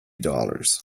dollars